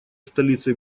столицей